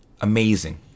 amazing